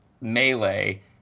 melee